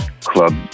Club